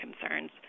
concerns